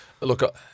Look